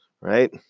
right